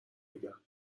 بگم